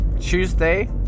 Tuesday